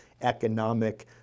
economic